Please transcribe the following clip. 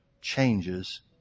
changes